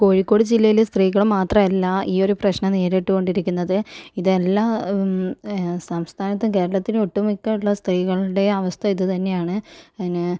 കോഴിക്കോട് ജില്ലയിൽ സ്ത്രീകൾ മാത്രമല്ല ഈ ഒരു പ്രശ്നം നേരിട്ടു കൊണ്ടിരിക്കുന്നത് ഇത് എല്ലാം സംസ്ഥാനത്തും കേരളത്തിൽ ഒട്ടു മിക്ക ആയിട്ടുള്ള സ്ത്രീകളുടെയും അവസ്ഥ ഇതു തന്നെയാണ് അതിന്